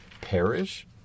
Perish